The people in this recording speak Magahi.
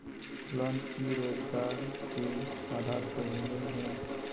लोन की रोजगार के आधार पर मिले है?